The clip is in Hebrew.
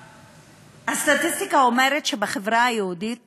שהסטטיסטיקה אומרת שבחברה היהודית